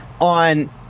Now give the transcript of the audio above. on